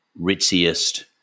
ritziest